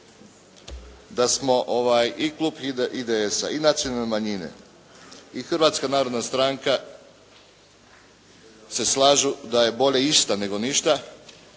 da smo i Klub IDS-a i nacionalne manjine i Hrvatska narodna stranka se slažu da je bolje išta nego ništa,